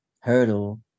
hurdle